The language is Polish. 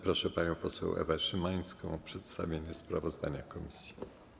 Proszę panią poseł Ewę Szymańską o przedstawienie sprawozdania komisji.